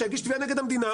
שיגיש תביעה נגד המדינה,